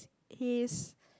he's